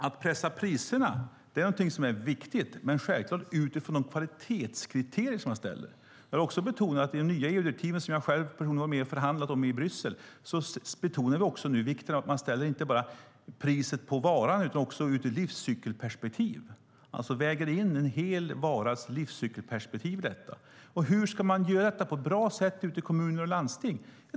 Att pressa priserna är som sagt viktigt, men självklart utifrån de kvalitetskriterier man ställer upp. Jag vill också betona att i de nya EU-direktiv som jag själv varit med och förhandlat om i Bryssel understryks inte bara priset på varan utan också ett livscykelperspektiv. Varans hela livscykel vägs alltså in i detta. Hur ska detta göras på ett bra sätt ute i kommuner och landsting?